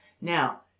Now